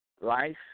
life